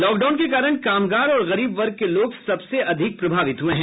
lock down के कारण कामगार और गरीब वर्ग के लोग सबसे अधिक प्रभावित हुए हैं